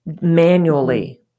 Manually